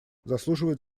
заслуживает